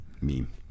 meme